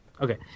Okay